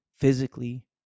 Physically